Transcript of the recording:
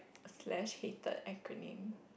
slash hated acronym